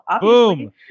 Boom